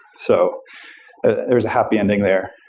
so there is a happy ending there.